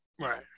right